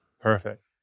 Perfect